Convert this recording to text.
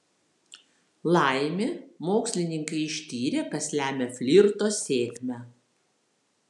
laimė mokslininkai ištyrė kas lemia flirto sėkmę